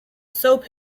soap